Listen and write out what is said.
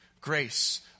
grace